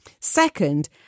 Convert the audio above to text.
Second